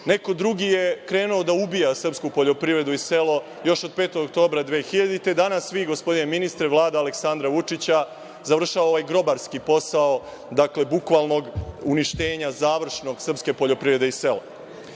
Neko drugi je krenuo da ubija srpsku poljoprivredu i selo još od 5. oktobra 2000. godine, danas vi, gospodine ministre, Vlada Aleksandra Vučića, završava ovaj grobarski posao, bukvalnog uništenja, završno, srpske poljoprivrede i sela.